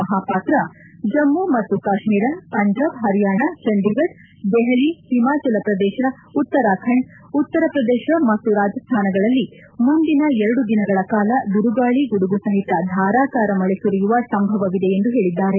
ಮಹಾಪಾತ್ರ ಜಮ್ನು ಮತ್ತು ಕಾಶ್ನೀರ ಪಂಜಾಬ್ ಹರಿಯಾಣಾ ಚಂಡೀಗಢ್ ದೆಹಲಿ ಹಿಮಾಚಲ ಪ್ರದೇಶ ಉತ್ತರಾಖಂಡ್ ಉತ್ತರ ಪ್ರದೇಶ ಮತ್ತು ರಾಜಸ್ತಾನಗಳಲ್ಲಿ ಮುಂದಿನ ಎರಡು ದಿನಗಳ ಕಾಲ ಬಿರುಗಾಳಿ ಗುಡುಗು ಸಹಿತ ಧಾರಾಕಾರಾ ಮಳೆ ಸುರಿಯುವ ಸಂಭವವಿದೆ ಎಂದು ಹೇಳಿದ್ದಾರೆ